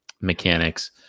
mechanics